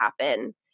happen